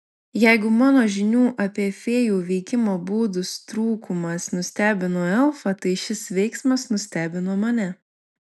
jeigu mano žinių apie fėjų veikimo būdus trūkumas nustebino elfą tai šis veiksmas nustebino mane